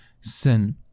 sin